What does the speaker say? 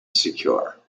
secure